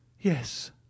Yes